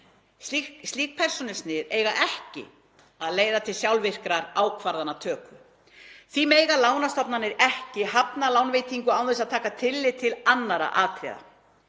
Slík persónusnið eiga ekki að leiða til sjálfvirkrar ákvarðanatöku. Því mega lánastofnanir ekki hafna lánveitingu án þess að taka tillit til annarra atriða.